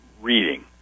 reading